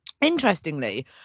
Interestingly